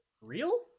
real